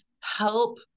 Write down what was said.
help